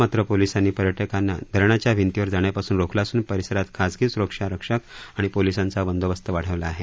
मात्र आता पोलिसांनी पर्यटकांना धरणाच्या भिंतीवर जाण्यापासून रोखलं असून परिसरात खासगी स्रक्षारक्षक आणि पोलिसांचा बंदोबस्त वाढवला आहे